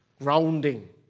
grounding